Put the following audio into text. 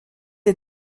est